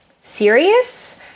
serious